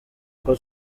kuko